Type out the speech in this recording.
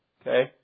okay